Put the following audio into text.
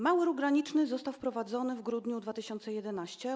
Mały ruch graniczny został wprowadzony w grudniu 2011 r.